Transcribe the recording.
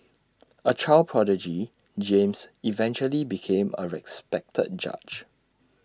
A child prodigy James eventually became A respected judge